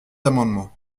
amendements